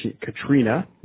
Katrina